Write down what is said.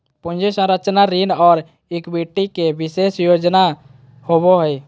पूंजी संरचना ऋण और इक्विटी के विशेष संयोजन होवो हइ